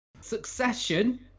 succession